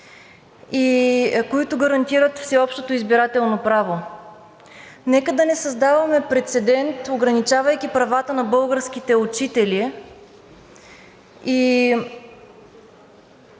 които гарантират всеобщото избирателно право. Нека да не създаваме прецедент, ограничавайки правата на българските учители, и